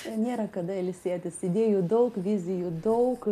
nėra kada ilsėtis idėjų daug vizijų daug